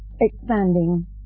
expanding